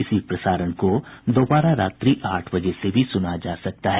इसी प्रसारण को दोबारा रात्रि आठ बजे से भी सुना जा सकता है